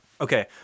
Okay